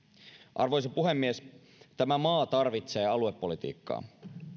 arvoisa puhemies tämä maa tarvitsee aluepolitiikkaa